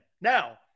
Now